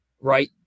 right